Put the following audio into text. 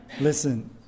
Listen